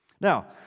now